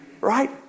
Right